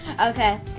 Okay